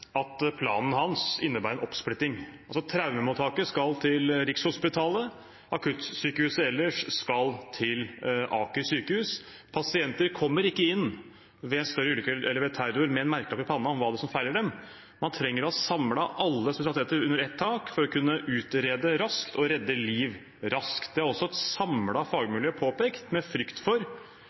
at planen hans innebærer en oppsplitting. Traumemottaket skal altså til Rikshospitalet, akuttsykehuset ellers skal til Aker sykehus. Ved større ulykker eller terror kommer ikke pasienter inn med en merkelapp i panna om hva som feiler dem. Man trenger å ha samlet alle spesialiteter under ett tak for å kunne utrede raskt og redde liv raskt. Det har et samlet fagmiljø påpekt, med frykt for